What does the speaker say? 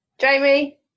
Jamie